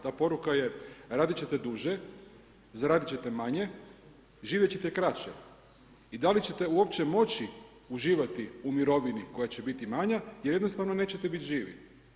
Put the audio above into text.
Ta poruka je radit ćete duže, zaradit ćete manje, živjet ćete kraće i da li ćete uopće moću uživati u mirovini koja će biti manja jer jednostavno nećete bit živi.